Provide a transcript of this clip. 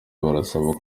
barasaba